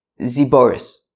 Ziboris